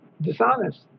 dishonest